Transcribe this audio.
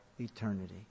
eternity